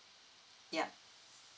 yup